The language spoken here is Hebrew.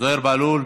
זוהיר בהלול,